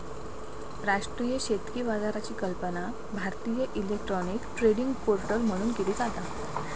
राष्ट्रीय शेतकी बाजाराची कल्पना भारतीय इलेक्ट्रॉनिक ट्रेडिंग पोर्टल म्हणून केली जाता